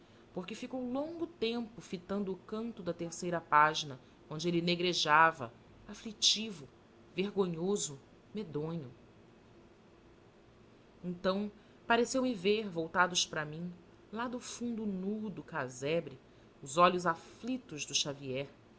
porque ficou longo tempo fitando o canto da terceira página onde ele negrejava aflitivo vergonhoso medonho então pareceu-me ver voltados para mim lá do fundo nu do casebre os olhos aflitos do xavier